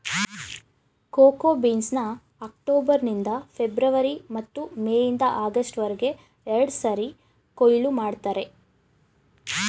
cocoa ಬೀನ್ಸ್ನ October ನಿಂದ February ಮತ್ತು ಮೇ ಇಂದ ಆಗಸ್ಟ್ ವರ್ಗೆ ಎರಡ್ಸಾರಿ ಕೊಯ್ಲು ಮಾಡ್ತರೆ